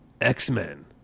x-men